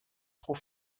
trop